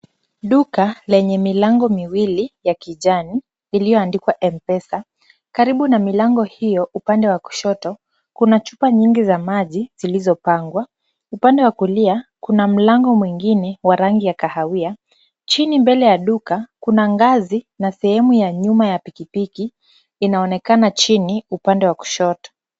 Duka lenye milango miwili ya kijani ilioandikwa M-Pesa, karibu na milango hio upande wa kushoto, kuna chupa nyingi za maji zilizopangwa. Upande wa kulia kuna mlango mwingine wa rangi ya kahawia. Chini mbele ya duka, kuna ngazi na sehemu ya nyuma ya pikipiki inaonekana chini upande wa kushoto.